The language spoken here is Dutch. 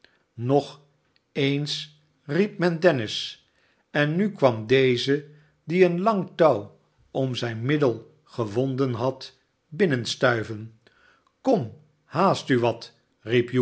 nog eens riep men dennis en nu kwam deze die een lang touw om zijn middel gewonden had binnenstuiven kom